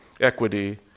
equity